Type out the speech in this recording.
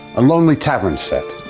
a lonely tavern set,